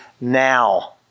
now